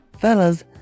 Fellas